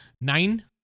Nine